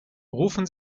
rufen